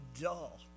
dull